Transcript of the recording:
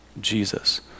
Jesus